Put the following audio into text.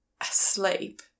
asleep